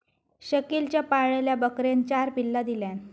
शकिलच्या पाळलेल्या बकरेन चार पिल्ला दिल्यान